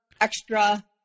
extra